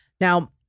Now